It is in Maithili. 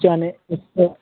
चाने एक सओ